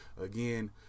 again